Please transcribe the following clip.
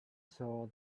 saw